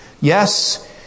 yes